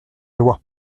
loi